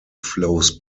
flows